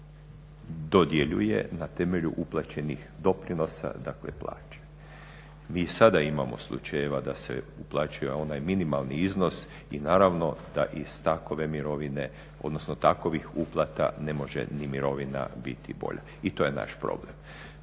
dodjeljuje na temelju uplaćenih doprinosa, dakle plaće. Mi i sada imamo slučajeva da se uplaćuje onaj minimalni iznos i naravno da iz takove mirovine, odnosno takovih uplata ne može ni mirovina biti bolja i to je naš problem.